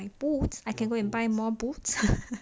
my poots I can go and find more boots